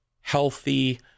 healthy